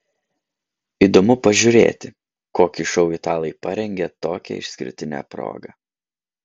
įdomu pažiūrėti kokį šou italai parengė tokia išskirtine proga